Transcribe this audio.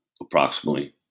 approximately